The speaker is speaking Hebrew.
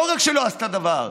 לא רק שלא עשתה דבר,